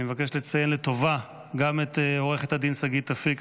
אני מבקש לציין לטובה גם את עורכת הדין שגית אפיק,